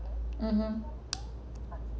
(uh huh)